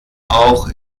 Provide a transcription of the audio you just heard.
auch